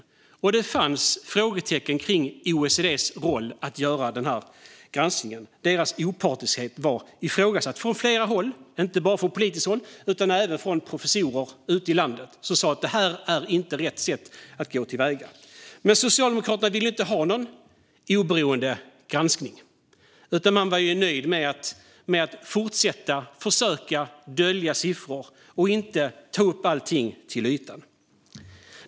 Det fanns frågetecken kring OECD:s roll i att göra granskningen. Deras opartiskhet var ifrågasatt från flera håll, inte bara från politiskt håll utan även från professorer ute i landet. Man sa att det inte var rätt sätt att gå till väga. Men Socialdemokraterna ville inte ha någon oberoende granskning utan var nöjda med att fortsätta att försöka dölja siffror och inte ta upp allt till ytan.